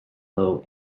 lowe